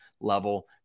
Level